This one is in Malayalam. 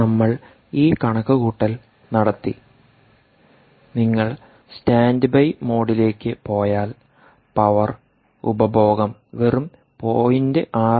നമ്മൾ ഈ കണക്കുകൂട്ടൽ നടത്തി നിങ്ങൾ സ്റ്റാൻഡ്ബൈ മോഡിലേക്ക് പോയാൽ പവർ ഉപഭോഗം വെറും 0